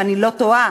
אם אני לא טועה,